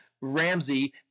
Ramsey